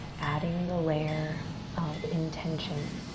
adding the layer of intention.